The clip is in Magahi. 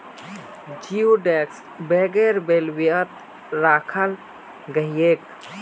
जिओडेक्स वगैरह बेल्वियात राखाल गहिये